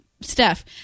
Steph